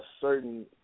certain